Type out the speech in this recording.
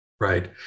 Right